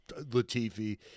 latifi